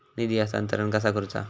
निधी हस्तांतरण कसा करुचा?